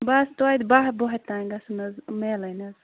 بس توتہِ باہ بۄہرِ تام گَژھَن حظ میلٕنۍ حظ